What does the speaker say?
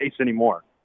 anymore